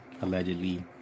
allegedly